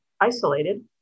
isolated